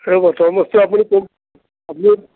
ৰ'ব তৰমুজটো আপুনি কোন আপুনি